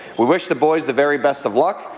we wish the boys the very best of luck,